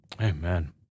Amen